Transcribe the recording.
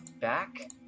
back